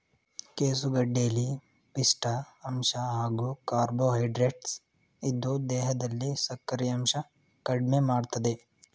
ಕೆಸುಗೆಡ್ಡೆಲಿ ಪಿಷ್ಠ ಅಂಶ ಹಾಗೂ ಕಾರ್ಬೋಹೈಡ್ರೇಟ್ಸ್ ಇದ್ದು ದೇಹದಲ್ಲಿ ಸಕ್ಕರೆಯಂಶ ಕಡ್ಮೆಮಾಡ್ತದೆ